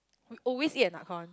we always eat at Nakhon